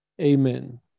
amen